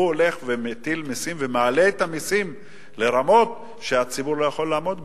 הולכת ומטילה מסים ומעלה את המסים לרמות שהציבור לא יכול לעמוד בהן.